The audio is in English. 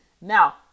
now